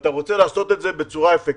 ואתה רוצה לעשות את זה בצורה אפקטיבית,